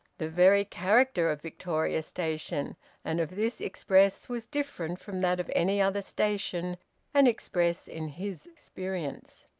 the very character of victoria station and of this express was different from that of any other station and express in his experience.